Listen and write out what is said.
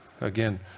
again